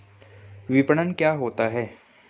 विपणन क्या होता है?